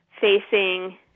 facing